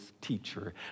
teacher